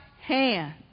hand